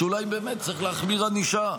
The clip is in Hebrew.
שאולי באמת צריך להחמיר ענישה,